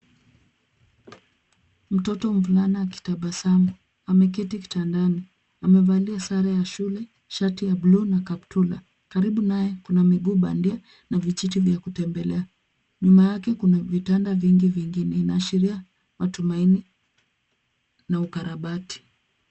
Mtoto mvulana akitabasamu, ameketi kitandani, amevalia sare ya shule, shati ya bluu na kaptula. Karibu naye kuna miguu bandia na vijiti vya kutembelea. Nyuma yake kuna vitanda vingi, vingi, na inaashiria matumaini na ukarabati.